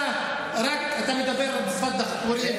אתה מדבר בשפת דחפורים,